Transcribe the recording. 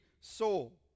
soul